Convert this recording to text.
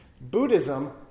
Buddhism